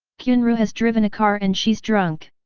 qianru has drivena car and she's drunk.